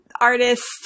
artist